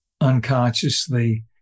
unconsciously